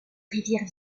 rivière